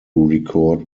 record